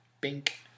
bink